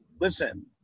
listen